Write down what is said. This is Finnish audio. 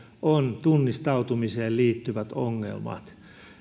ovat tunnistautumiseen liittyvät ongelmat